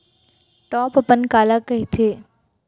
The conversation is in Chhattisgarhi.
टॉप अपन काला कहिथे?